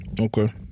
Okay